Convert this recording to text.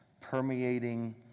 permeating